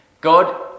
God